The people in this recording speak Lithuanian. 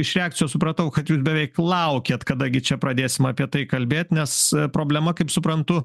iš reakcijos supratau kad jūs beveik laukiat kada gi čia pradėsim apie tai kalbėti nes problema kaip suprantu